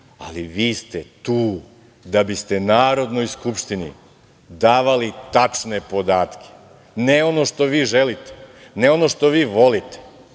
Ali, vi ste tu da biste Narodnoj skupštini davali tačne podatke, ne ono što vi želite, ne ono što vi volite,